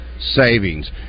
savings